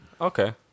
Okay